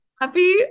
Happy